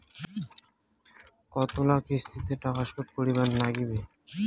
কতোলা কিস্তিতে টাকা শোধ করিবার নাগীবে?